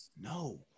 No